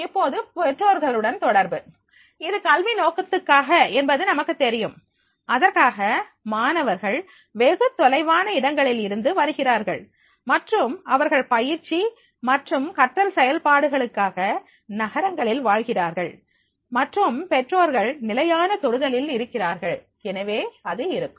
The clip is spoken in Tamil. இப்போது பெற்றோர்களுடன் தொடர்பு இது கல்வி நோக்கத்துக்காக என்பது நமக்குத் தெரியும் அதற்காக மாணவர்கள் வெகு தொலைவான இடங்களில் இருந்து வருகிறார்கள் மற்றும் அவர்கள் பயிற்சி மற்றும் கற்றல் செயல்பாடுகளுக்காக நகரங்களில் வாழ்கிறார்கள் மற்றும் பெற்றோர்கள் நிலையான தொடுதலில் இருக்கிறார்கள் எனவே அது இருக்கும்